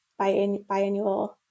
biannual